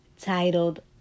titled